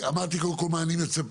אמרתי, קודם כול, מה אני מצפה.